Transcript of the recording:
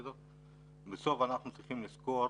אנחנו צריכים לזכור